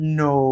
no